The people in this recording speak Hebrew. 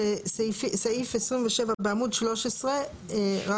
סעיף 116(3)(א) שמפנה למסמכים של 79א. אני אמצא